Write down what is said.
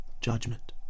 judgment